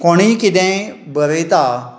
कोणीय किदेंय बरयता